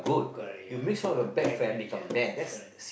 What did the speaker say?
correct ya bad friends ya correct